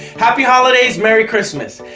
happy holidays! merry christmas!